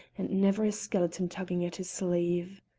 and never a skeleton tugging at his sleeve.